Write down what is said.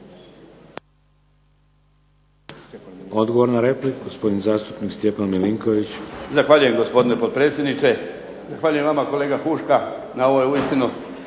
Odgovor na repliku gospodin zastupnik Stjepan Milinković. **Milinković, Stjepan (HDZ)** Zahvaljujem gospodine potpredsjedniče. Zahvaljujem vama kolega Huška na ovoj uistinu